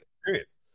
experience